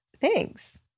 Thanks